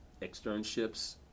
externships